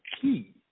key